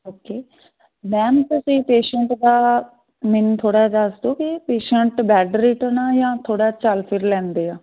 okay ma'am ਤੁਸੀਂ patient ਦਾ ਮੈਨੂੰ ਥੋੜ੍ਹਾ ਦੱਸ ਦਿਓ ਕਿ ਪੇਸ਼ੰਟ ਬੈਡ ਰੀਟਨ ਆ ਜਾਂ ਥੋੜ੍ਹਾ ਚੱਲ ਫਿਰ ਲੈਂਦੇ ਆ